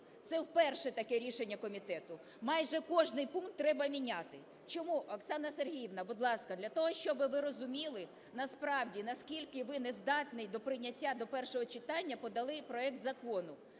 Це вперше таке рішення комітету. Майже кожний пункт треба міняти. Чому? Оксана Сергіївна, будь ласка, для того, щоби ви розуміли насправді, наскільки ви не здатний до прийняття до першого читання подали проект закону.